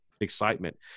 excitement